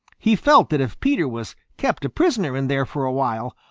he felt that if peter was kept a prisoner in there for a while,